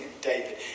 David